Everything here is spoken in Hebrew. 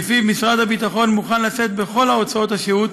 שלפיה משרד הביטחון מוכן לשאת בכל הוצאות השהות